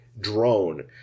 drone